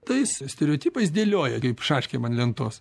tais stereotipais dėlioja kaip šaškėm ant lentos